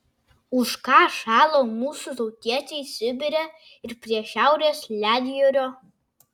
už ką šalo mūsų tautiečiai sibire ir prie šiaurės ledjūrio